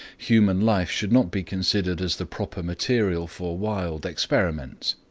human life should not be considered as the proper material for wild experiments.